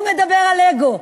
הוא מדבר על אגו.